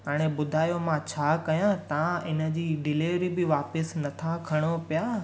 हाणे ॿुधायो मां छा कयां तव्हां इन जी डिलेवरी बि वापसि नथां खणो पिया